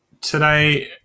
today